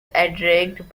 accredited